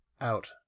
out